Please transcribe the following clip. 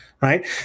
right